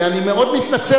אני מאוד מתנצל,